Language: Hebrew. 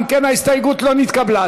אם כן, ההסתייגות לא נתקבלה.